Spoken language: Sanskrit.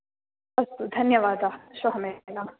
अस्तु धन्यवादः श्वः मिलामः